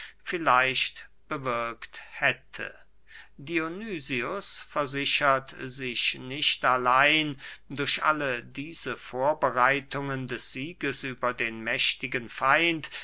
vielleicht bewirkt hätte dionysius versichert sich nicht allein durch alle diese vorbereitungen des sieges über den mächtigen feind